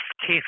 case